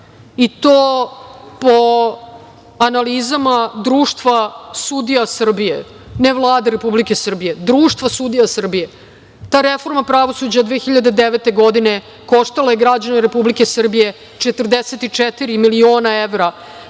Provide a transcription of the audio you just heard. i to po analizama Društva sudija Srbije, ne Vlade Republike Srbije, Društva sudija Srbije. Ta reforma pravosuđa 2009. godine koštala je građane Republike Srbije 44 miliona evra,